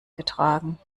getragen